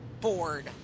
bored